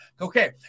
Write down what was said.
Okay